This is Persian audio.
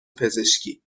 پزشکی